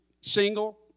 single